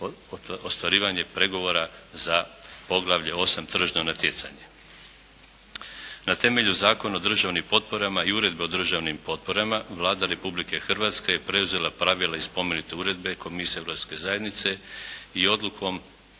pregovora za poglavlje 8. tržišno natjecanje. Na temelju Zakona o državnim potporama i Uredbe o državnim potporama Vlada Republike Hrvatske je preuzela pravila iz spomenute uredbe Komisije Europske zajednice i odlukom